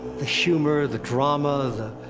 the humor, the drama, the.